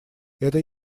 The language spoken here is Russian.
это